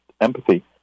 empathy